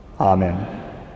Amen